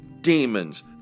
demons